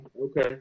Okay